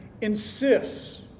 insists